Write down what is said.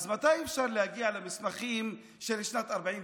מתי אפשר להגיע למסמכים של שנת 1948,